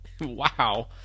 wow